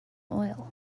oil